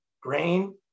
grain